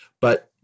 but-